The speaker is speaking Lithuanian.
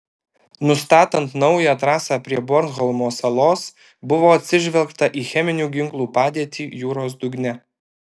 nustatant naują trasą prie bornholmo salos buvo atsižvelgta į cheminių ginklų padėtį jūros dugne